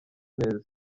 neza